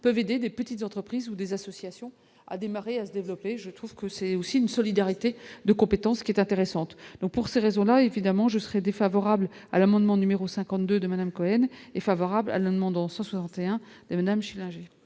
peuvent aider des petites entreprises ou des associations a démarré à se développer, je. Parce que c'est aussi une solidarité de compétence qui est intéressante, donc, pour ces raisons-là, évidemment je serai défavorable à l'amendement numéro 52 de Madame Cohen est favorable à la demande en 161 Nam Schlinger.